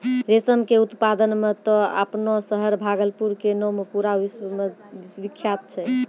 रेशम के उत्पादन मॅ त आपनो शहर भागलपुर के नाम पूरा विश्व मॅ विख्यात छै